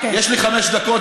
יש פרוטוקול.